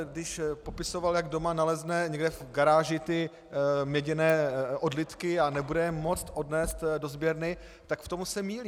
Když popisoval, jak doma nalezne někde v garáži ty měděné odlitky a nebude je moct odnést do sběrny, tak v tom se mýlí.